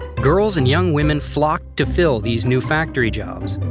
girls and young women flocked to fill these new factory jobs.